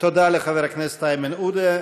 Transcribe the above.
תודה לחבר הכנסת איימן עודה.